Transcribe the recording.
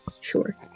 Sure